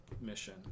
mission